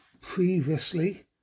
previously